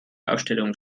ausstellungen